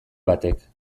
batek